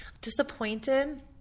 Disappointed